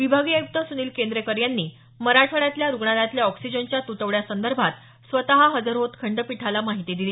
विभागीय आयुक्त सुनिल केंद्रेकर यांनी मराठवाड्यातल्या रुग्णालयातल्या ऑक्सिजनच्या तुटवड्यासंदर्भात स्वत हजर होत खंडपीठाला माहिती दिली